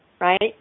right